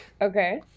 Okay